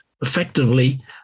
effectively